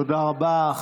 יש לכם בעיה, תודה רבה.